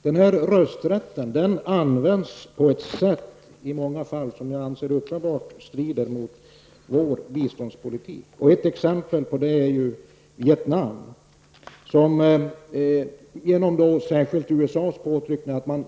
Denna rösträtt används i många fall på ett sätt som jag anser uppenbart strider mot vår svenska biståndspolitik. Ett exempel på detta är Vietnam.